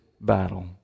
battle